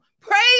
praise